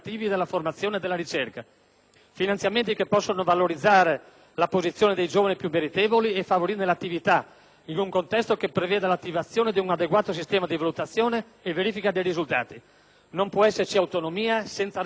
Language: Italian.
Finanziamenti che possano valorizzare la posizione dei giovani più meritevoli e favorirne l'attività, in un contesto che preveda l'attivazione di un adeguato sistema di valutazione e verifica dei risultati. Non può esserci autonomia senza responsabilità.